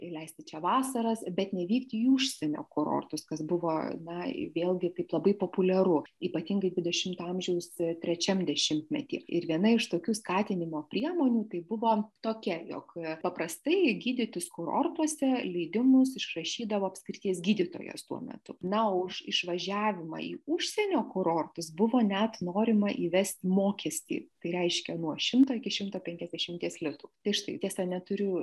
leisti čia vasaras bet nevykti į užsienio kurortus kas buvo na vėlgi taip labai populiaru ypatingai dvidešimto amžiaus trečiam dešimtmety ir viena iš tokių skatinimo priemonių tai buvo tokia jog paprastai gydytis kurortuose leidimus išrašydavo apskrities gydytojas tuo metu na o už išvažiavimą į užsienio kurortus buvo net norima įvesti mokestį tai reiškia nuo šimto iki šimto penkiasdešimties litų tai štai tiesa neturiu